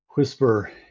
whisper